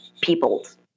people's